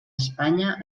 espanya